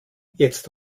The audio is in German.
jetzt